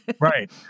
Right